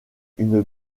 une